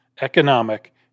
economic